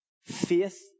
Faith